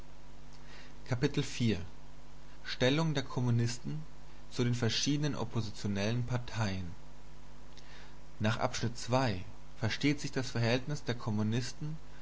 stellung der kommunisten zu den verschiedenen oppositionellen parteien nach abschnitt ii versteht sich das verhältnis der kommunisten